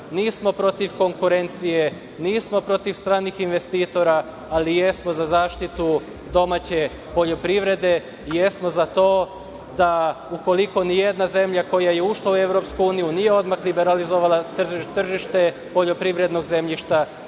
Nismo protiv konkurencije, nismo protiv stranih investitora, ali jesmo za zaštitu domaće poljoprivrede, i jesmo za to da ukoliko ni jedna zemlja koja je ušla u EU nije odmah liberalizovala tržište poljoprivrednog zemljišta,